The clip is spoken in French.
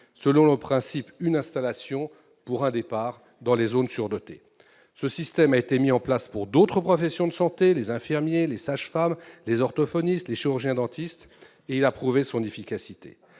selon le principe « une installation pour un départ » dans les zones surdotées. Ce système a été mis en place pour d'autres professions de santé- infirmiers, sages-femmes, orthophonistes et chirurgiens-dentistes -et a prouvé son efficacité.